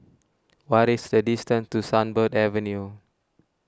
what is the distance to Sunbird Avenue